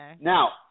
Now